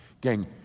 Gang